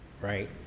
right